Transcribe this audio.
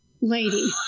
lady